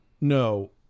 No